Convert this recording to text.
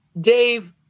Dave